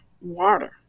water